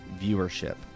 viewership